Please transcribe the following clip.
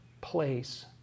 place